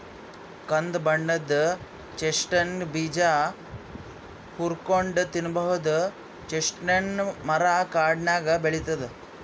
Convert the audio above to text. ಕಂದ್ ಬಣ್ಣದ್ ಚೆಸ್ಟ್ನಟ್ ಬೀಜ ಹುರ್ಕೊಂನ್ಡ್ ತಿನ್ನಬಹುದ್ ಚೆಸ್ಟ್ನಟ್ ಮರಾ ಕಾಡ್ನಾಗ್ ಬೆಳಿತದ್